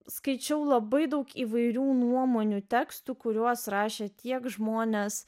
skaičiau labai daug įvairių nuomonių tekstų kuriuos rašė tiek žmonės